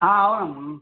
అవునమ్మా